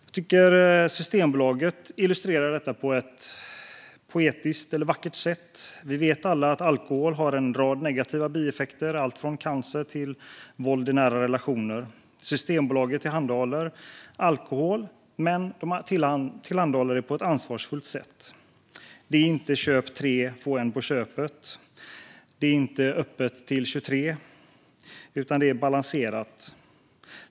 Jag tycker att Systembolaget illustrerar detta på ett vackert sätt. Vi vet alla att alkohol har en rad negativa bieffekter med allt från cancer till våld i nära relationer. Systembolaget tillhandahåller alkohol men på ett ansvarsfullt sätt. Det är inte erbjudanden om att köpa tre och få en på köpet, och man har inte öppet till 23, utan det är balanserat.